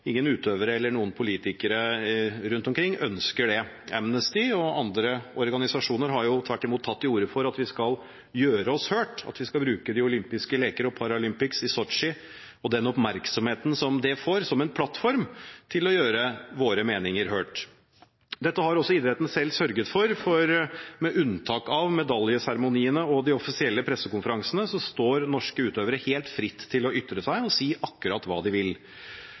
ingen utøvere eller noen politikere rundt omkring, ønsker det. Amnesty og andre organisasjoner har jo tvert imot tatt til orde for at vi skal gjøre oss hørt, at vi skal bruke de olympiske leker og Paraolympics i Sotsji og den oppmerksomheten det får, som en plattform for å gjøre våre meninger hørt. Dette har også idretten selv sørget for, for med unntak av medaljeseremoniene og de offisielle pressekonferansene står norske utøvere helt fritt til å ytre seg og si akkurat hva de vil.